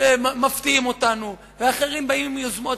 שמפתיעות אותנו ואחרים באים עם יוזמות.